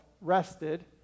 rested